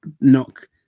knock